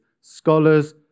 scholars